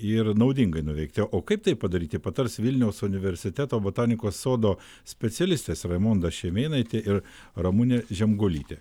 ir naudingai nuveikti o ko kaip tai padaryti patars vilniaus universiteto botanikos sodo specialistės raimonda šimėnaitė ir ramunė žemgulytė